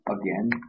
again